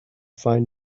find